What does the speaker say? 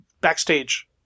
backstage